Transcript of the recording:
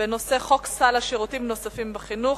הצעת חוק סל שירותים נוספים בחינוך,